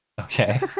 okay